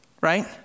right